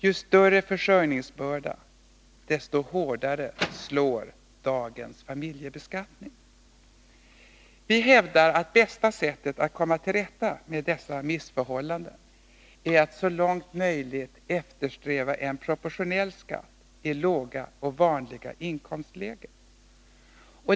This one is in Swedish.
Ju större försörjningsbördan är, desto hårdare slår dagens familjebeskattning. Vi hävdar att bästa sättet att komma till rätta med dessa missförhållanden är att så långt som möjligt eftersträva en proportionell beskattning i låga och vanliga inkomstlägen.